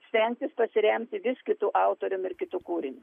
stengtis pasiremti vis kitu autoriumi ir kitu kūriniu